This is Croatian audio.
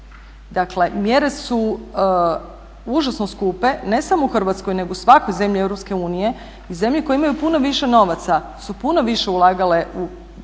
Dakle mjere su užasno skupe, ne samo u Hrvatskoj nego u svakoj zemlji Europske unije. I zemlje koje imaju puno više novaca su puno više ulagale u